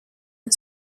and